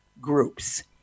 groups